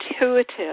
intuitive